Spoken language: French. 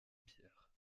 pierre